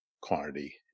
quantity